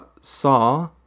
saw